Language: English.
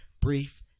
brief